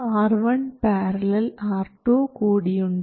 R1 ║R2 കൂടിയുണ്ട്